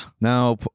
Now